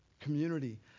community